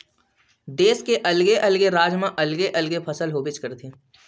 देस के अलगे अलगे राज म अलगे अलगे फसल होबेच करथे